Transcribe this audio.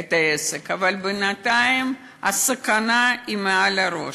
את העסק, אבל בינתיים הסכנה מעל הראש.